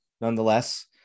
nonetheless